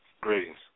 Greetings